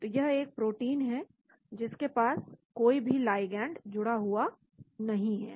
तो यह एक प्रोटीन है जिसके पास कोई भी लाइगैंड जुड़ा हुआ नहीं है